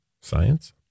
Science